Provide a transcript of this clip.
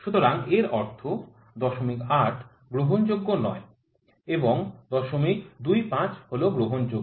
সুতরাং এর অর্থ ০৮ গ্রহণযোগ্য নয় এবং ০২৫ হল গ্রহণযোগ্য